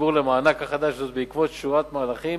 בציבור למענק החדש, וזאת בעקבות שורת מהלכים